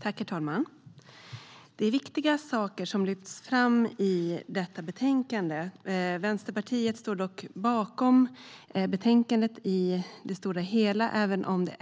Herr talman! Det är viktiga saker som lyfts fram i betänkandet. Vänsterpartiet står bakom utskottets förslag i betänkandet i det stora hela, även om det